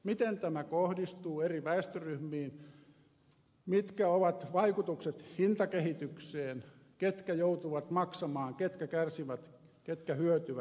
miten tämä kohdistuu eri väestönryhmiin mitkä ovat vaikutukset hintakehitykseen ketkä joutuvat maksamaan ketkä kärsivät ketkä hyötyvät